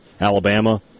Alabama